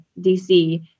DC